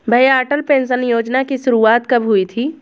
भैया अटल पेंशन योजना की शुरुआत कब हुई थी?